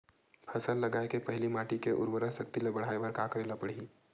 फसल लगाय के पहिली माटी के उरवरा शक्ति ल बढ़ाय बर का करेला पढ़ही?